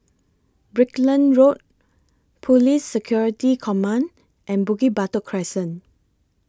Brickland Road Police Security Command and Bukit Batok Crescent